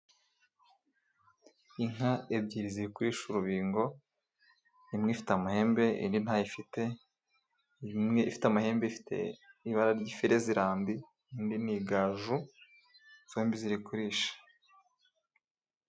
Inka ebyiri ziri kurisha urubingo imwe ifite amahembe indi ntayo ifite, imwe ifite amahembe ifite ibara ry'ifirezirambi, indi ni igaju zombi ziri kurisha.